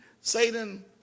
Satan